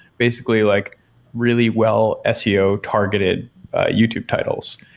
basically, like really well ah seo targeted ah youtube titles.